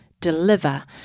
deliver